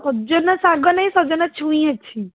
ସଜନା ଶାଗ ନାଇଁ ସଜନା ଛୁଇଁ ଅଛି